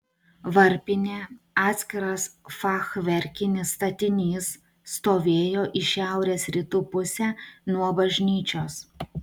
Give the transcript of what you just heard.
varpinė atskiras fachverkinis statinys stovėjo į šiaurės rytų pusę nuo bažnyčios